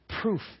proof